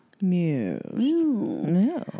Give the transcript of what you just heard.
Muse